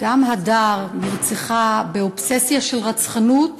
גם הדר נרצחה באובססיה של רצחנות